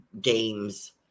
games